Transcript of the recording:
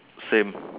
same